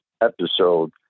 episode